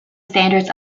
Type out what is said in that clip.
standards